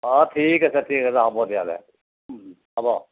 অ ঠিক আছে ঠিক আছে হ'ব তেতিয়াহ'লে ও ও হ'ব